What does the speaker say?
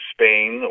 Spain